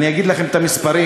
אני אגיד לכם את המספרים.